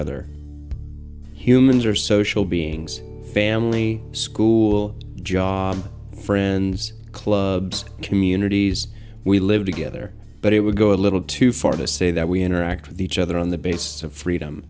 other humans are social beings family school jobs friends clubs communities we live together but it would go a little too far to say that we interact with each other on the basis of freedom